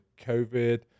COVID